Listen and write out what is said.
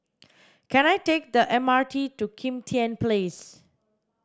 can I take the M R T to Kim Tian Place